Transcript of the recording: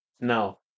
No